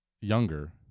younger